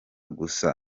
gusa